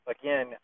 again